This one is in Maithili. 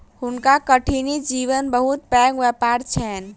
हुनका कठिनी जीवक बहुत पैघ व्यापार छैन